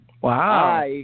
Wow